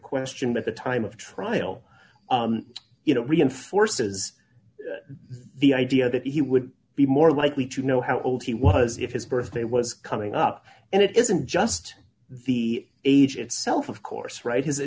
question that the time of trial you know reinforces the idea that he would be more likely to know how old he was if his birthday was coming up and it isn't just the age itself of course right